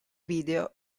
video